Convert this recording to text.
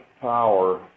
power